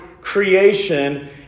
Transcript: creation